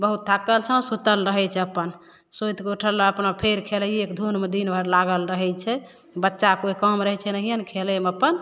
बहुत थाकल छौँ सुतल रहै छै अपन सुतिके उठल अपन फेर खेलैएके धुनमे दिनभरि लागल रहै छै बच्चाके कोइ काम रहै छै नहिए ने खेलैमे अपन